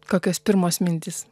kokios pirmos mintys